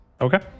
okay